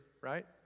right